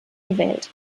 gewählt